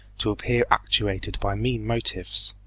to appear actuated by mean motives.